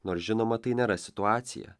nors žinoma tai nėra situacija